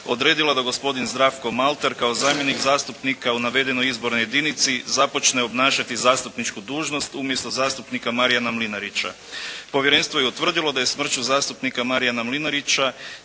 odredila da gospodin Zdravko Maltar kao zamjenik zastupnika u navedenoj izbornoj jedinici započne obnašati zastupničku dužnost umjesto zastupnika Marijana Mlinarića. Povjerenstvo je utvrdilo da je smrću zastupnika Marijana Mlinarića